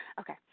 Okay